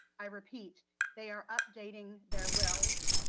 i repeat they are updating their wills.